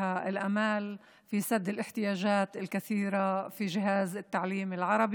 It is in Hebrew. לרגל מינוייה למנהלת אגף בכיר חינוך ערבי.